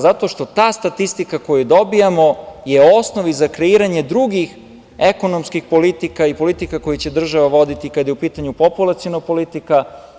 Zato što ta statistika koju dobijamo je osnov za kreiranje drugih ekonomskih politika i politika koje će država voditi kada je u pitanju populaciona politika.